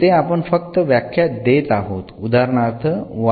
येथे आपण फक्त व्याख्या देत आहोत